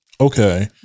Okay